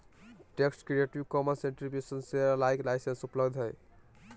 text Creative Commons attribution share alike licence उपलब्ध हइ